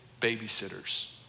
babysitters